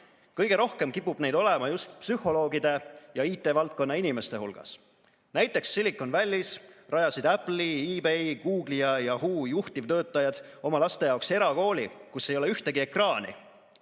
Kõige rohkem kipub neid olema just psühholoogide ja IT‑valdkonna inimeste hulgas. Näiteks Silicon Valleys rajasid Apple'i, eBay, Google'i ja Yahoo juhtivtöötajad oma laste jaoks erakooli, kus ei ole ühtegi ekraani.